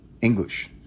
English